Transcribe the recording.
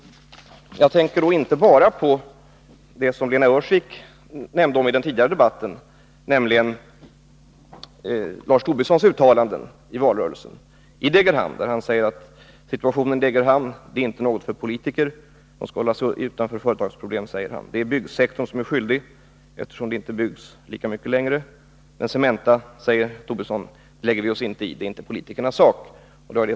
Jag tänker då inte bara på det som Lena Öhrsvik citerade i den föregående debatten, nämligen Lars Tobissons uttalanden i Degerhamn under valrörelsen. Han sade då att situationen i Degerhamn inte var en fråga för politikerna, eftersom de skall hålla sig utanför diskussionen om företagsproblem. Det är byggsektorn som bär ansvaret, sade han, eftersom det inte längre byggs lika mycket, men Cementas problem lägger vi oss inte i, för det är inte politikernas sak.